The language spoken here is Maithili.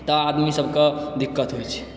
तऽ आदमी सबके दिक्कत होइ छै